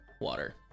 water